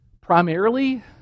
primarily